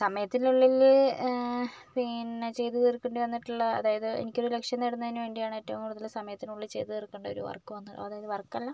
സമയത്തിനുള്ളിൽ പിന്നെ ചെയ്ത് തീർക്കേണ്ടി വന്നിട്ടുള്ള അതായത് എനിക്കൊരു ലക്ഷ്യം നേടുന്നതിന് വേണ്ടിയാണ് ഏറ്റവും കൂടുതൽ സമയത്തിനുള്ളിൽ ചെയ്ത് തീർക്കേണ്ട ഒരു വർക്ക് വന്നു അതായത് വർക്ക അല്ല